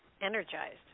energized